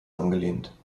angelehnt